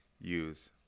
use